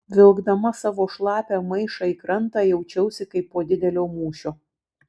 vilkdama savo šlapią maišą į krantą jaučiausi kaip po didelio mūšio